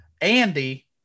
Andy